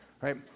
right